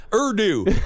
Urdu